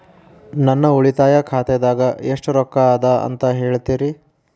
ನನ್ನ ಉಳಿತಾಯ ಖಾತಾದಾಗ ಎಷ್ಟ ರೊಕ್ಕ ಅದ ಅಂತ ಹೇಳ್ತೇರಿ?